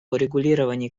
урегулировании